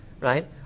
Right